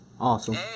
awesome